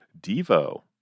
devo